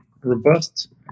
robust